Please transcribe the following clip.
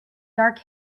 dark